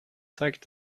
zeigt